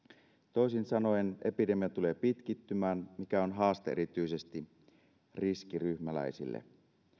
toisin sanoen epidemia tulee pitkittymään mikä on haaste erityisesti riskiryhmäläisille